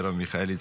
מרב מיכאלי,